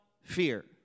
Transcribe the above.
fear